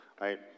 right